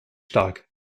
stark